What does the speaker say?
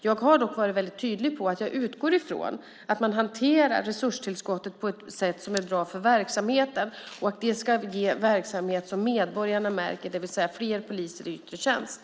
Jag har dock varit tydlig med att jag utgår ifrån att man hanterar resurstillskottet på ett sätt som är bra för verksamheten och att det ska ge en verksamhet som medborgarna märker, det vill säga fler poliser i yttre tjänst.